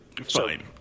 Fine